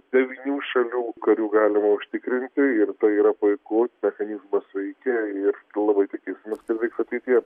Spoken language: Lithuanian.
devynių šalių karių galima užtikrinti ir tai yra puiku mechanizmas veikia ir labai tikėsimės kad veiks ateityje